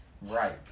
Right